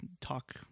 talk